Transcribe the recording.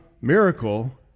miracle